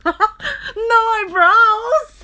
haha no eyebrows